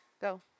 Go